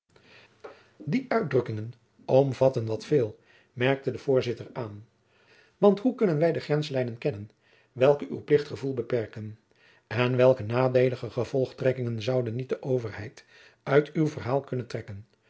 die uitdrukkingen omvatten wat veel merkte de voorzitter aan want hoe kunnen wij de grenslijnen kennen welke uw plichtgevoel beperken en welke nadeelige gevolgtrekkingen zoude niet de overheid uit uw verhaal kunnen trekken